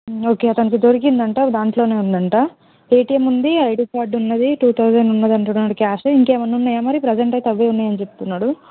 okay తనకి దొరికింది అంట దాంట్లోనే ఉందట ఏటీఎం ఉంది ఐడి కార్డ్ ఉన్నది టూ థౌజండ్ ఉన్నది అంటున్నాడు క్యాష్ ఇంకా ఉన్నాయా మరి ప్రజెంట్ అయితే అవే ఉన్నాయని చెప్తున్నాడు